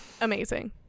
Amazing